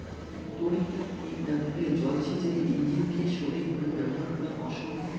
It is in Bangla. তড়িৎদ্বার ঠিক না থাকলে জল সেচের ইণ্জিনকে সঠিক ভাবে ব্যবহার করা অসম্ভব